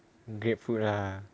grapefruit ah